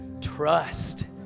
trust